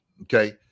okay